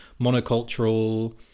monocultural